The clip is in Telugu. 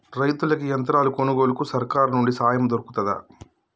రైతులకి యంత్రాలు కొనుగోలుకు సర్కారు నుండి సాయం దొరుకుతదా?